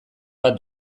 bat